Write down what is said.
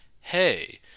hey